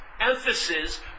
emphasis